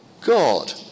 God